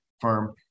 firm